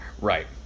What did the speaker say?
Right